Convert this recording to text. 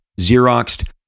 Xeroxed